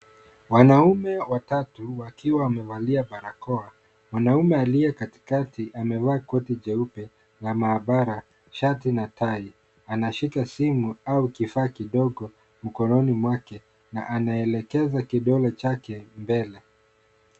Wanaume watatu wakiwa wamevalia barakoa. Mwanaume aliye katikati amevaa koti jeupe la maabara, shati na tai, anashika simu au kifaa kidogo mkononi mwake na anaelekeza kidole chake mbele.